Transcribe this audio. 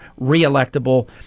reelectable